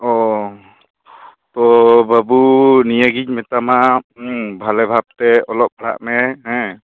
ᱚᱸᱻ ᱛᱚ ᱵᱟ ᱵᱩ ᱱᱤᱭᱟ ᱜᱮᱧ ᱢᱮᱛᱟᱢᱟ ᱵᱷᱟᱞᱮ ᱵᱷᱟᱵ ᱛᱮ ᱚᱞᱚᱜ ᱯᱟᱲᱦᱟᱜ ᱢᱮ ᱦᱮᱸ